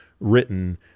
written